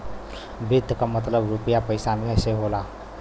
वित्त क मतलब रुपिया पइसा से होला